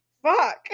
Fuck